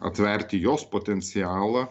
atverti jos potencialą